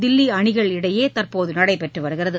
தில்லி அணிகள் இடையே தற்போது நடைபெற்று வருகிறது